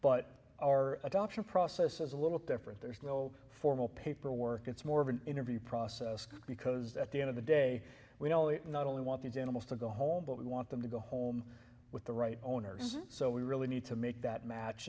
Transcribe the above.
but our adoption process is a little different there's no formal paperwork it's more of an interview process because at the end of the day we know it not only wanted animals to go home but we want them to go home with the right owners so we really need to make that match